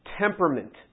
temperament